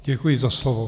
Děkuji za slovo.